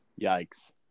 Yikes